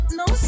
no